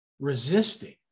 resisting